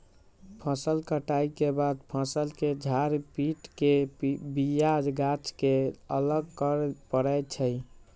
फसल कटाइ के बाद फ़सल के झार पिट के बिया गाछ के अलग करे परै छइ